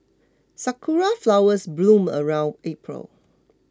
sakura flowers bloom around April